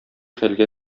хәлгә